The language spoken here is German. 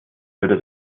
würde